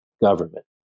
government